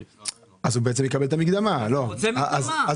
לעיקול שהוטל ובלבד שלא נתפסו כספים ואפילו אם